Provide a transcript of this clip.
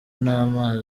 nama